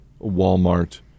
Walmart